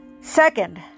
Second